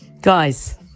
guys